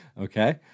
Okay